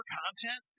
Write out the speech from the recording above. content